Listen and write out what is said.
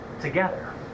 together